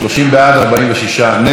30 בעד, 46 נגד.